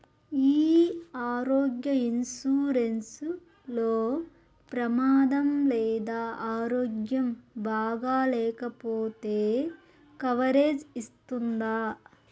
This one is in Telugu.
ఈ ఆరోగ్య ఇన్సూరెన్సు లో ప్రమాదం లేదా ఆరోగ్యం బాగాలేకపొతే కవరేజ్ ఇస్తుందా?